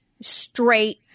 straight